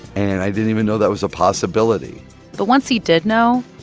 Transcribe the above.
and i didn't even know that was a possibility but once he did know,